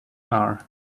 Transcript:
are